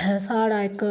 साढ़ा इक